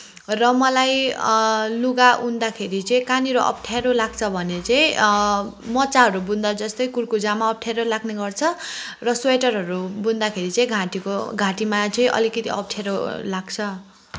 र मलाई लुगा उन्दाखेरि चाहिँ कहाँनिर अप्ठ्यारो लाग्छ भने चाहिँ मच्चाहरू बुन्दा जस्तै कुरकुच्चामा अप्ठ्यारो लाग्ने गर्छ र स्वेटरहरू बुन्दाखेरि चाहिँ घाँटिको घाँटिमा चाहिँ अलिकति अप्ठ्यारो लाग्छ